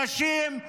נשים,